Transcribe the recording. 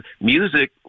Music